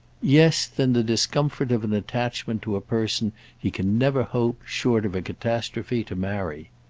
yes than the discomfort of an attachment to a person he can never hope, short of a catastrophe, to marry.